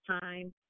time